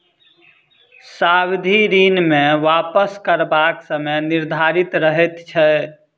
सावधि ऋण मे वापस करबाक समय निर्धारित रहैत छै